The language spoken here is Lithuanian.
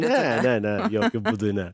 taip ne ne jokiu būdu ne